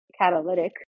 catalytic